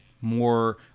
more